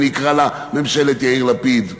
אני אקרא לה ממשלת יאיר לפיד.